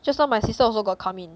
just now my sister also got come in